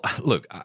look